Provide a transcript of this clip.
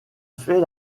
fait